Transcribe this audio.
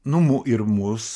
nu ir mus